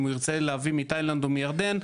אם הוא ירצה להביא מתאילנד או מירדן,